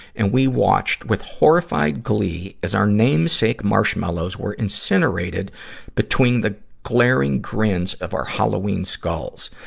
and we watched with horrified glee as our namesake marshmallows were incinerated between the glaring grins of our halloween skulls.